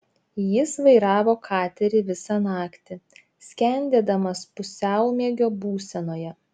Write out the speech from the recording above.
jis vairavo katerį visą naktį skendėdamas pusiaumiegio būsenoje